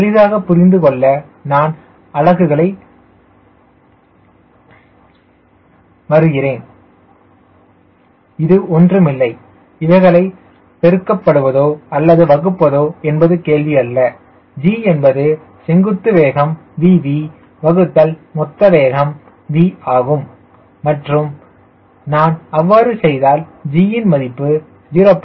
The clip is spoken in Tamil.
நீங்கள் எளிதாக புரிந்து கொள்ள நான் அலகுகளை வருகிறேன் இது ஒன்றுமில்லை இவைகளை பெருக்கப்படுவதோ அல்லது வகுப்பதோ என்பது கேள்வி அல்ல G என்பது செங்குத்து வேகம் VV வகுத்தல் மொத்த வேகம் V ஆகும் மற்றும் நான் அவ்வாறு செய்தால் G இன் மதிப்பு 0